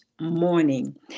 morning